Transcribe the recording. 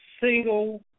single